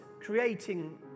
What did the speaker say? creating